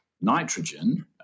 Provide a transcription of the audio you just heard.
nitrogen